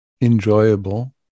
enjoyable